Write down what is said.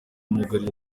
myugariro